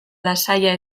lasaia